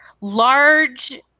large